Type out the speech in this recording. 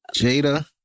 Jada